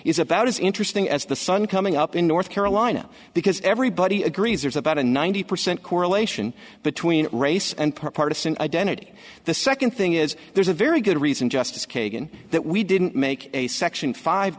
is about as interesting as the sun coming up in north carolina because everybody agrees there's about a ninety percent correlation between race and per partisan identity the second thing is there's a very good reason justice kagan that we didn't make a section five